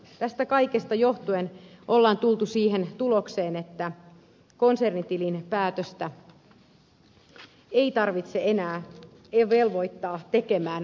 tästä kaikesta johtuen on tultu siihen tulokseen että konsernitilinpäätöstä ei tarvitse enää velvoittaa tekemään alakonsernin tasolla